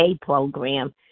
program